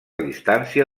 distància